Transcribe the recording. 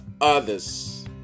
others